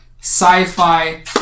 sci-fi